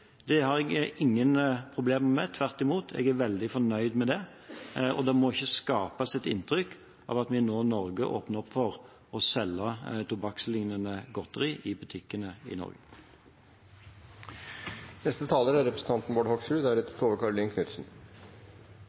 Det har jeg ingen problemer med. Tvert imot er jeg veldig fornøyd med det, og det må ikke skapes et inntrykk av at vi nå i Norge åpner opp for å selge tobakkslignende godteri i butikkene i Norge. Det var interessant at Tove Karoline Knutsen